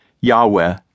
yahweh